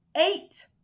eight